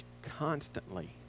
constantly